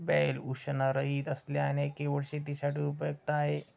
बैल वृषणरहित असल्याने केवळ शेतीसाठी उपयुक्त आहे